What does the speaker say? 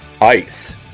Ice